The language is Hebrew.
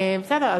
בסדר.